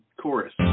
chorus